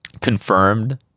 confirmed